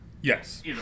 Yes